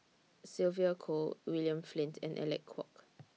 Sylvia Kho William Flint and Alec Kuok